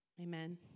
Amen